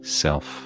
self